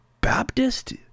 Baptist